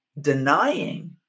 denying